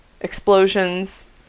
Explosions